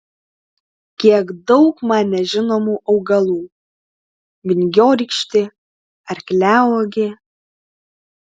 kiek daug man nežinomų augalų vingiorykštė arkliauogė